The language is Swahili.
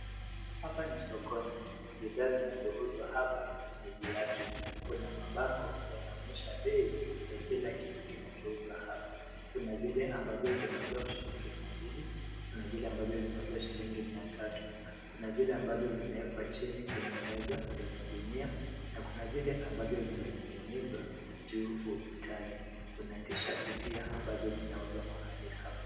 Hapa ni sokoni. Bidhaa zinazouzwa hapa ni viatu. Kuna mabango, yanaonyesha bei ya kila kitu kinachouzwa hapa. Kuna vile ambavyo vinauzwa shilingi mia mbili, kuna vile ambavyo vinauzwa shilingi mia tatu. Kuna vile ambavyo vimewekwa chini kwenye meza, lenye gunia, na kuna vile ambavyo vimening'inizwa juu ukutani. Kuna cs[t-shirti]cs pia ambazo zinauzwa mahali.